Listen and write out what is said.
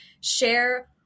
share